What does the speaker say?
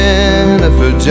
Jennifer